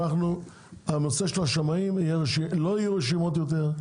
הנושא של השמאים, לא יהיו רשימות יותר,